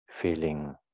feeling